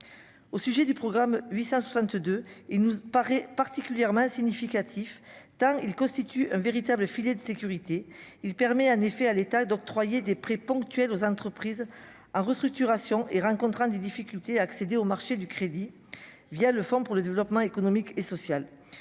au sujet du programme 862 il nous paraît particulièrement significatif tard il constitue un véritable filet de sécurité, il permet en effet à l'État d'octroyer des prêts ponctuels aux entreprises ah Restructuration et rencontrant des difficultés à accéder au marché du crédit via le Fonds pour le développement économique et social